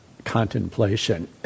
contemplation